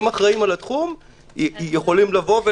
הם אחראיים על התחום - יכולים לומר: